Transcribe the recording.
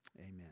Amen